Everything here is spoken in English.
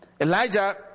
Elijah